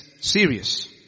serious